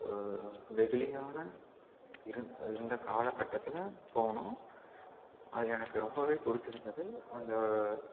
வெகுளியான இரு இருந்த காலகட்டத்தில் போனோம் அது எனக்கு ரொம்பவே பிடிச்சிருந்தது அந்த